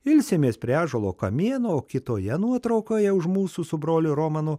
ilsimės prie ąžuolo kamieno o kitoje nuotraukoje už mūsų su broliu romanu